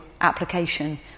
application